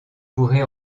pourrait